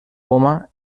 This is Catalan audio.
poma